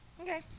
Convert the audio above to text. Okay